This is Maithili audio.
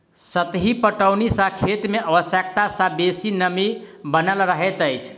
सतही पटौनी सॅ खेत मे आवश्यकता सॅ बेसी नमी बनल रहैत अछि